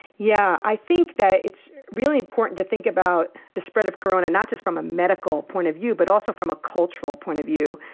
yeah, i think that it's really important to think about the spread of corona not just from a medical point of view but also from a cultural point of view.